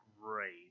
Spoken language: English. great